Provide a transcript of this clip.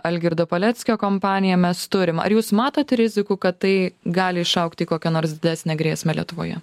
algirdo paleckio kompaniją mes turim ar jūs matot rizikų kad tai gali išaugti į kokią nors didesnę grėsmę lietuvoje